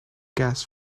gas